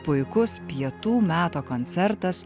puikus pietų meto koncertas